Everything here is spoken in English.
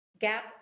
GAP